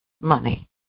money